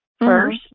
first